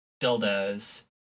dildos